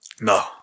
No